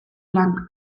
lan